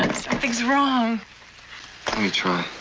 something's wrong. let me try.